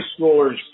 schoolers